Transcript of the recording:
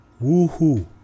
Woohoo